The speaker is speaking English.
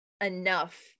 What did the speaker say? enough